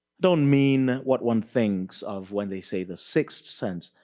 don't mean what one thinks of when they say the sixth sense.